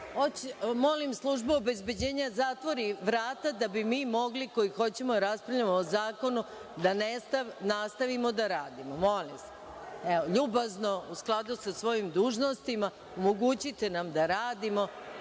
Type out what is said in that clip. put. Molim službu obezbeđenja da zatvori vrata, da bi mi mogli, koji hoćemo da raspravljamo o zakonu, da nastavimo da radimo, molim vas. LJubazno, u skladu sa svojim dužnostima, omogućite nam da radimo,